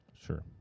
Sure